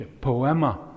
poema